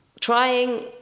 trying